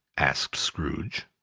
asked scrooge.